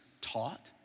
taught